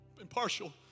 impartial